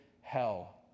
hell